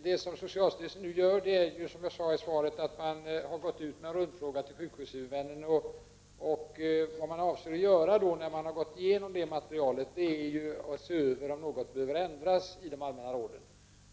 Herr talman! Som jag sade i svaret har socialstyrelsen gått ut med en rundfråga till sjukvårdshuvudmännen. Vad man avser att göra sedan man gått igenom det materialet är att se över huruvida något behöver ändras i de allmänna råden.